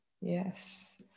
yes